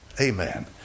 Amen